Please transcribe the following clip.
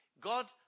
God